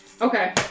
Okay